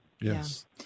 Yes